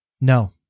No